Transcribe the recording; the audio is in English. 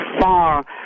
far